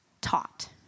taught